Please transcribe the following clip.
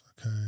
Okay